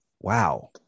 Wow